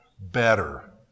better